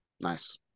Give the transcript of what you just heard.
Nice